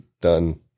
done